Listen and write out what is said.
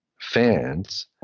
fans